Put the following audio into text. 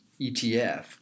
ETF